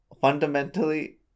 fundamentally